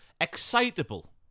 excitable